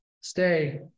stay